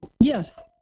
Yes